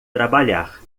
trabalhar